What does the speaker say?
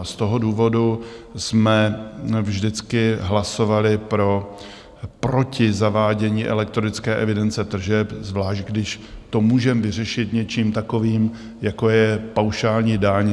Z toho důvodu jsme vždycky hlasovali proti zavádění elektronické evidence tržeb, zvláště když to můžeme řešit něčím takovým, jako je paušální daň.